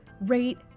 rate